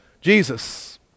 Jesus